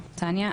תניה,